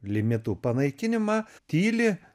limitų panaikinimą tyli